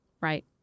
right